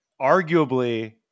arguably